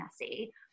messy